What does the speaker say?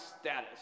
status